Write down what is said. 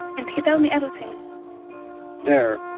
and he tell me everything there,